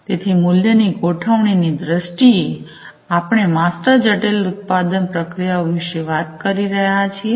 તેથી મૂલ્યની ગોઠવણીની દ્રષ્ટિએ આપણે માસ્ટર જટિલ ઉત્પાદન પ્રક્રિયાઓ વિશે વાત કરી રહ્યા છીએ